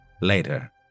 later